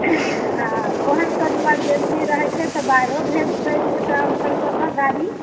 आ ओहन सब इमर्जेन्सी रहैत छै तऽ बाहरो भेज दय छै ट्रांसफर कऽ के गाड़ी